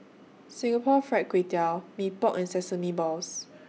Singapore Fried Kway Tiao Mee Pok and Sesame Balls